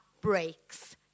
breaks